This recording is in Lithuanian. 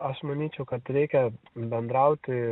aš manyčiau kad reikia bendrauti